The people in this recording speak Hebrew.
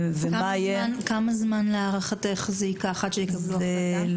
כמה זמן להערכתך ייקח עד שיקבלו החלטה?